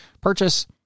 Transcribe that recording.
purchase